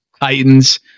Titans